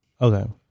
okay